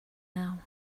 now